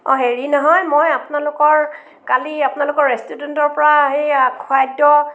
অঁ হেৰি নহয় মই আপোনালোকৰ কালি আপোনালোকৰ ৰেষ্টুৰেণ্টৰ পৰা এইয়া খাদ্য